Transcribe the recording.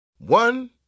One